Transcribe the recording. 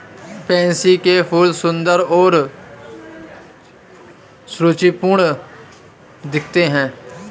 pansy के फूल सुंदर और सुरुचिपूर्ण दिखते हैं